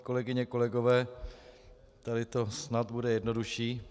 Kolegyně, kolegové, tady to snad bude jednodušší.